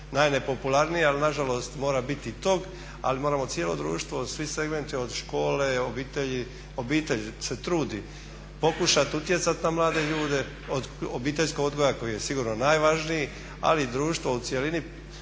najnepopularnije ali nažalost mora biti i tog ali moramo cijelo društvo, svi segmenti od škole, obitelji. Obitelj se trudi pokušati utjecati na mlade ljude. Od obiteljskog odgoja koji je sigurno najvažniji ali i društvo u cjelini